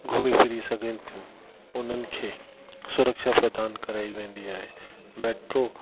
घुमी फिरी सघनि थियूं हुननि खे सुरक्षा प्रदानु कराए वेंदी आहे मेट्रो